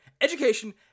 education